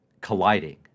colliding